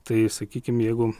tai sakykim jeigu